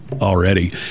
already